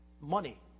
money